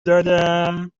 دادم